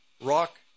rock